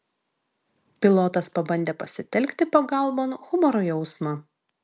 pilotas pabandė pasitelkti pagalbon humoro jausmą